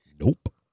Nope